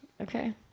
Okay